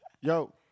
Yo